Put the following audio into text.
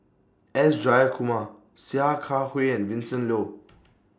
S Jayakumar Sia Kah Hui and Vincent Leow